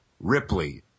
Ripley